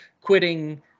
quitting